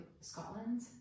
Scotland